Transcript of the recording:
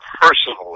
personally